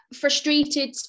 Frustrated